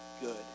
good